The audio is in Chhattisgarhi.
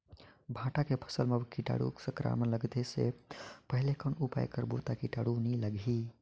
भांटा के फसल मां कीटाणु संक्रमण लगे से पहले कौन उपाय करबो ता कीटाणु नी लगही?